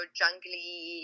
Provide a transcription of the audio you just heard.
jungly